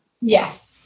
Yes